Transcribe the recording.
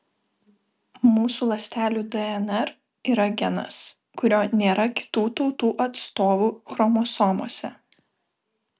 mūsų ląstelių dnr yra genas kurio nėra kitų tautų atstovų chromosomose